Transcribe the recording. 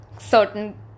certain